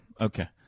Okay